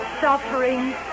suffering